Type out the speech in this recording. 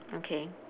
okay